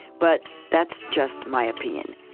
but that's just my opinion